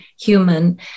human